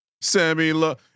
Sammy